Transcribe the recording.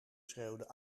schreeuwde